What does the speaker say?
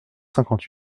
cinquante